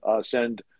send